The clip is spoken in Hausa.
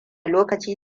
lokaci